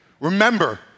Remember